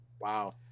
Wow